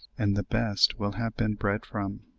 and the best will have been bred from.